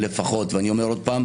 ואני אומר עוד פעם,